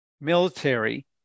military